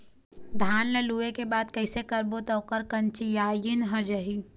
धान ला लुए के बाद कइसे करबो त ओकर कंचीयायिन हर जाही?